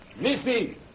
Missy